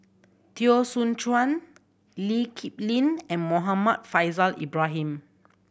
Teo Soon Chuan Lee Kip Lin and Muhammad Faishal Ibrahim